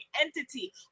entity